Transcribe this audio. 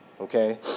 okay